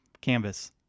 canvas